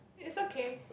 it's okay